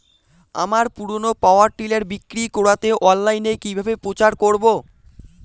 আমার পুরনো power tiller বিক্রি করাতে অনলাইনে কিভাবে প্রচার করব?